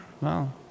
No